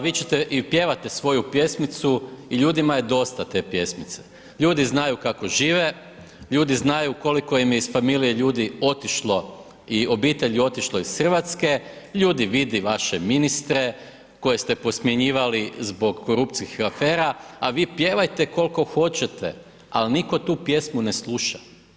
Vi ćete i pjevate svoju pjesmicu i ljudima je dosta te pjesmice, ljudi znaju kako žive, ljudi znaju koliko im je iz familije ljudi otišlo i obitelji otišlo iz RH, ljudi vidi vaše ministre koje ste po smjenjivali zbog korupcijskih afera, a vi pjevajte kolko hoćete, al nitko tu pjesmu ne sluša.